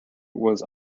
was